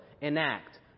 enact